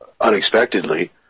unexpectedly